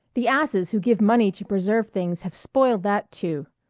the asses who give money to preserve things have spoiled that too.